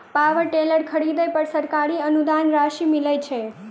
Power tiller खरीदे पर सरकारी अनुदान राशि मिलय छैय?